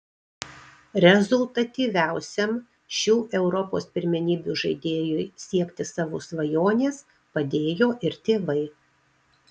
rezultatyviausiam šių europos pirmenybių žaidėjui siekti savo svajonės padėjo ir tėvai